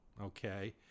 okay